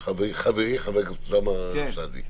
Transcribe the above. חברי חבר הכנסת אוסאמה סעדי,